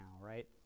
right